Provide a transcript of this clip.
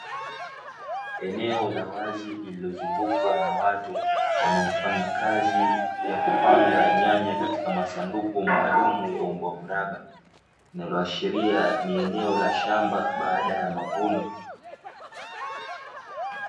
Eneo la wazi, lililozungukwa na watu wanaofanya kazi ya kupanga nyanya katika masanduku maalumu ya umbo mraba, linaloashiria ni eneo la shamba baada ya mavuno.